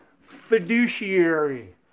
Fiduciary